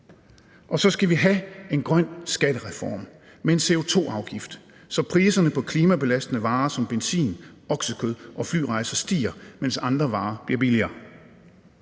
Og så skal vi have en grøn skattereform med en CO2-afgift, så priserne på klimabelastende varer som benzin, oksekød og flyrejser stiger, mens andre varer bliver billigere.